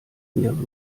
mehrere